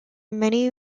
many